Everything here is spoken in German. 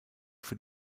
für